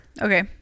Okay